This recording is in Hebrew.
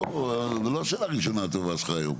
בוא, זו לא השאלה הראשונה הטובה שלך היום.